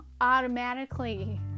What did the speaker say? automatically